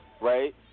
right